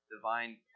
divine